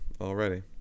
already